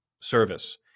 service